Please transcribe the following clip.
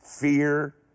fear